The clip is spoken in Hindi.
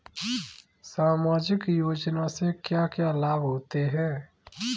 सामाजिक योजना से क्या क्या लाभ होते हैं?